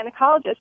gynecologist